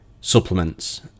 supplements